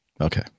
Okay